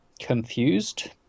confused